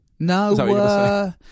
No